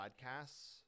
podcasts